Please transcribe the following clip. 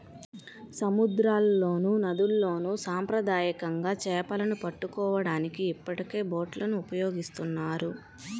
సముద్రాల్లోనూ, నదుల్లోను సాంప్రదాయకంగా చేపలను పట్టుకోవడానికి ఇప్పటికే బోట్లను ఉపయోగిస్తున్నారు